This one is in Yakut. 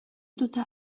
тута